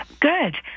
Good